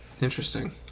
Interesting